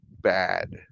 bad